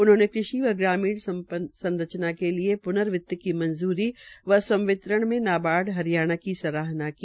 उन्होंने कृषि व ग्रामीण संरचना के लिए पृन वित्त की मंजूरी व संवितरण की नाबार्ड हरियाणा की सराहना की